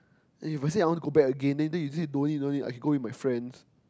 then if I say I want to go back again then then you say no need no need I can go with my friends